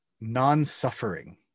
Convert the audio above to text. non-suffering